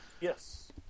Yes